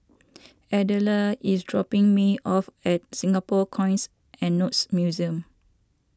Adella is dropping me off at Singapore Coins and Notes Museum